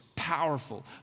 powerful